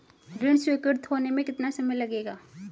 ऋण स्वीकृत होने में कितना समय लगेगा?